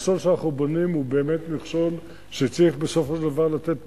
המכשול שאנחנו דנים בו הוא באמת מכשול שצריך בסופו של דבר לתת מענה,